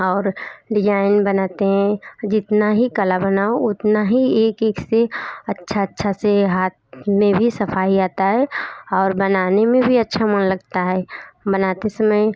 और डिजाइन बनाते हैं जितना ही कला बनाओ उतना ही एक एक से अच्छा अच्छा से हाथ में भी सफाई आता है और बनाने में भी अच्छा मन लगता है बनाते समय